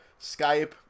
Skype